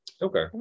Okay